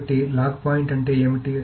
కాబట్టి lock point అంటే ఏమిటి